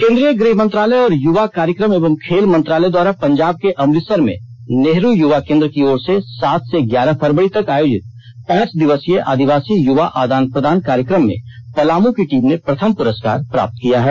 केंद्रीय गृह मंत्रालय और युवा कार्यक्रम एवं खेल मंत्रालय द्वारा पंजाब के अमृतसर में नेहरू युवा केंद्र की ओर से सात से ग्यारह फरवरी तक आयोजित पांच दिवसीय आदिवासी युवा आदान प्रदान कार्यक्रम में पलामू की टीम ने प्रथम प्रस्कार प्राप्त किया है